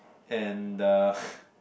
and uh